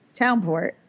Townport